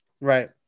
Right